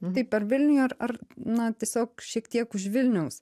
taip ar vilniuj ar ar na tiesiog šiek tiek už vilniaus